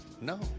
No